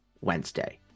Wednesday